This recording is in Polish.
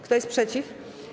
Kto jest przeciw?